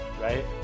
right